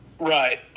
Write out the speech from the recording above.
Right